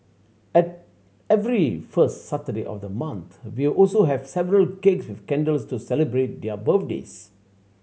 every first Saturday of the month we're also have several cakes with candles to celebrate their birthdays